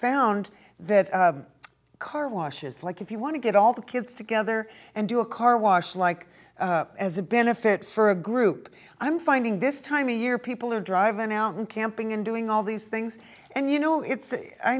found that car washes like if you want to get all the kids together and do a car wash like as a benefit for a group i'm finding this time of year people who drive an elton camping and doing all these things and you know it's i